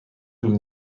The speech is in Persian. طول